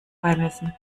beimessen